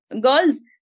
girls